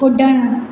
कुड॒णु